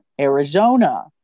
Arizona